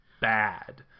bad